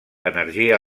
energia